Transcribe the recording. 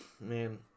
man